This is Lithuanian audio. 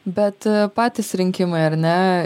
bet patys rinkimai ar ne